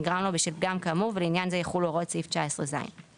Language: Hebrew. התשע"ט-2019 - (9א) אחרי סעיף 19 יבוא